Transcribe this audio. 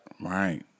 Right